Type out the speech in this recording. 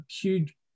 huge